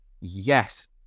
yes